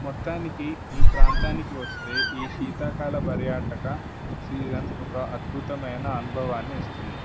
మొత్తానికి ఈ ప్రాంతానికి వస్తే ఈ శీతాకాల పర్యాటక సీజన్ ఒక అద్భుతమైన అనుభవాన్ని ఇస్తుంది